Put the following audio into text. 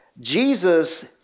Jesus